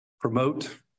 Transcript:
promote